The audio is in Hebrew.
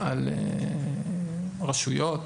על רשויות"